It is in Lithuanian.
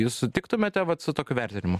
jūs sutiktumėte su tokiu vertinimu